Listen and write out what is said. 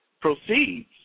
proceeds